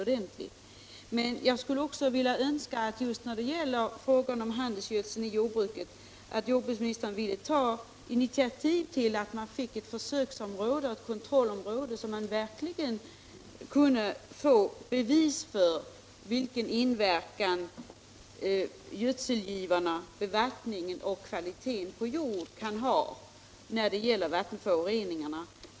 Men när det gäller just frågan om handelsgödsel i jordbruket skulle jag också önska att jordbruksministern ville ta initiativ till att vi fick ett försöksområde, ett kontrollområde, så att vi verkligen fick bevis för vilken inverkan gödselgivorna, bevattningen och kvaliteten på jord kan ha när det gäller vattenföroreningarna.